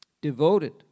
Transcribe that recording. devoted